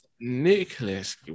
Nicholas